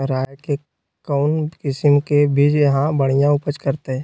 राई के कौन किसिम के बिज यहा बड़िया उपज करते?